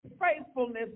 faithfulness